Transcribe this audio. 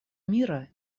мира